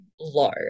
low